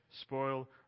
spoil